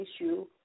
issue